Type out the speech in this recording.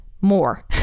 more